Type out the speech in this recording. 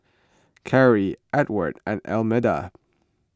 Carri Edward and Almeda